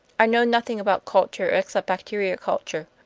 i know nothing about culture, except bacteria culture.